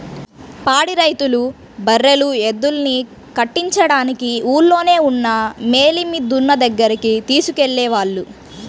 పాడి రైతులు బర్రెలు, ఎద్దుల్ని కట్టించడానికి ఊల్లోనే ఉన్న మేలిమి దున్న దగ్గరికి తీసుకెళ్ళేవాళ్ళు